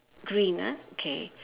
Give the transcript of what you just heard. green ah okay